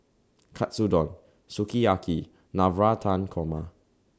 Katsudon Sukiyaki Navratan Korma